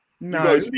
No